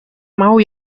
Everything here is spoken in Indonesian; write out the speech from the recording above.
mau